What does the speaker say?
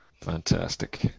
Fantastic